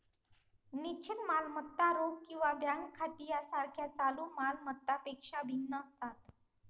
निश्चित मालमत्ता रोख किंवा बँक खाती यासारख्या चालू माल मत्तांपेक्षा भिन्न असतात